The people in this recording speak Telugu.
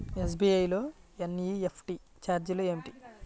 ఎస్.బీ.ఐ లో ఎన్.ఈ.ఎఫ్.టీ ఛార్జీలు ఏమిటి?